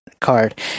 card